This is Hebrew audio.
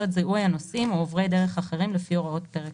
את זיהוי הנוסעים או עוברי דרך אחרים לפי הוראות פרק